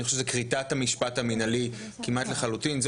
אני חושב שזה כריתת המשפט המנהלי כמעט לחלוטין,